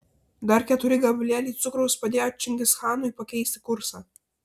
dar keturi gabalėliai cukraus padėjo čingischanui pakeisti kursą